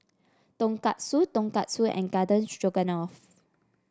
Tonkatsu Tonkatsu and Garden Stroganoff